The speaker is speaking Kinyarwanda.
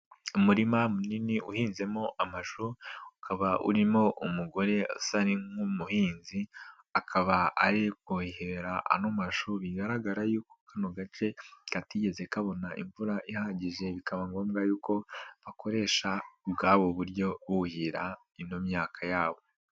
Umurima munini uhinzemo amashu, ukaba urimo umugore usa nk'umuhinzi akaba ari kuhira ano mashu bigaragara yuko kano gace katigeze kabona imvura ihagije bikaba ngombwa yuko' bakoresha ubwabo buryo buhira ino myaka yabo.